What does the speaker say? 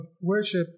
worship